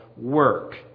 work